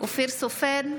אופיר סופר,